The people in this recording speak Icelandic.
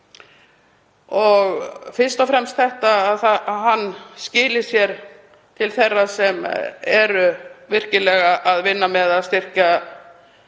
fyrst og fremst að hann skili sér til þeirra sem eru virkilega að vinna með að styrkja